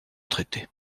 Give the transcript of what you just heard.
traités